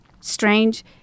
strange